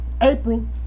April